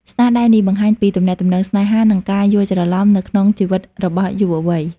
ស្នាដៃនេះបង្ហាញពីទំនាក់ទំនងស្នេហា និងការយល់ច្រឡំនៅក្នុងជីវិតរបស់យុវវ័យ។